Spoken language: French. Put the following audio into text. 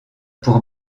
pour